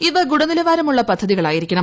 ഇവ ഗുണനിലവാരമുള്ള പദ്ധതികളായിരിക്കണം